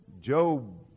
Job